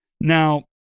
Now